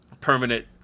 permanent